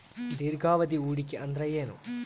ದೀರ್ಘಾವಧಿ ಹೂಡಿಕೆ ಅಂದ್ರ ಏನು?